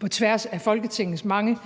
på tværs af Folketingets mange